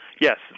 yes